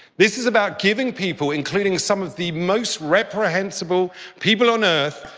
this is about giving people including some of the most reprehensible people on earth.